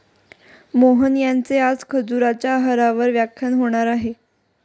मोहन यांचे आज खजुराच्या आहारावर व्याख्यान होणार आहे